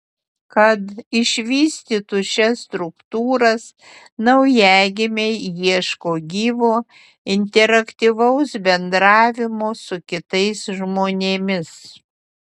kad išvystytų šias struktūras naujagimiai ieško gyvo interaktyvaus bendravimo su kitais žmonėmis